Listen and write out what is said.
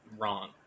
wrong